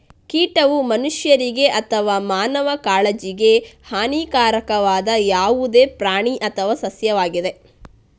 ಕೀಟವು ಮನುಷ್ಯರಿಗೆ ಅಥವಾ ಮಾನವ ಕಾಳಜಿಗೆ ಹಾನಿಕಾರಕವಾದ ಯಾವುದೇ ಪ್ರಾಣಿ ಅಥವಾ ಸಸ್ಯವಾಗಿದೆ